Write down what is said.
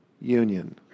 union